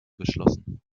geschlossen